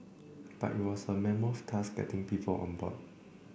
but it was a mammoth task getting people on board